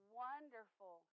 wonderful